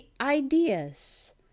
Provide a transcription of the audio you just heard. ideas